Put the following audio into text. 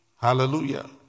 Hallelujah